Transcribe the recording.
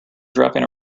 dropping